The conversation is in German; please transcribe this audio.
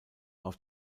auf